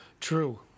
true